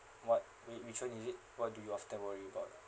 what whi~ which one is it what do you often worry about ah